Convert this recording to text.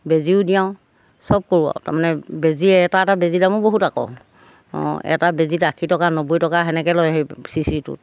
বেজিও দিয়াওঁ চব কৰোঁ আৰু তাৰমানে বেজি এটা এটা বেজি দামো বহুত আকৌ অঁ এটা বেজিত আশী টকা নব্বৈ টকা সেনেকৈ লয় সেই চিচিটোত